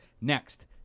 Next